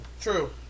True